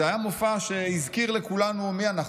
זה היה מופע שהזכיר לכולנו מי אנחנו,